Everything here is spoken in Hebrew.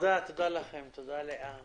תודה רבה לכולם, הישיבה נעולה.